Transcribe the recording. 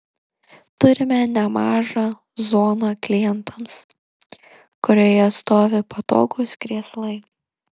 turime nemažą zoną klientams kurioje stovi patogūs krėslai